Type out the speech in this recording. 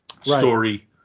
story